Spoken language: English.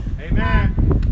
amen